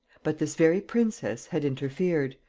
but this very princess had interfered,